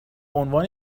عنوان